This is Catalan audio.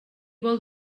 vol